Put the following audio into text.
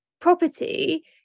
property